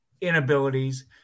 inabilities